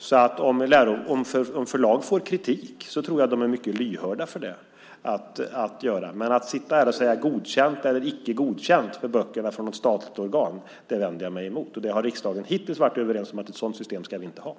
Därför tror jag att om förlag får kritik så är de mycket lyhörda för den. Men att sitta här och säga att ett statligt organ ska säga Godkänd eller Icke godkänd om böckerna vänder jag mig emot. Och riksdagen har hittills varit överens om att vi inte ska ha ett sådant system.